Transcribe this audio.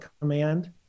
Command